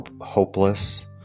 hopeless